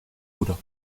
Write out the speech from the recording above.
duro